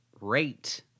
Rate